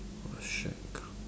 !wah! shagged